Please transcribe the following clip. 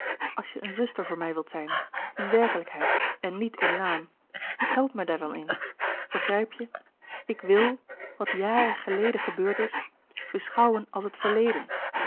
als je een zuster voor mij wilt zijn in werkelijkheid en niet in naam help mij daar dan in begrijp je ik w i l wat jaren geleden gebeurd is beschouwen als het verleden